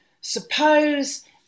suppose